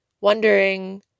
wondering